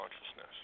consciousness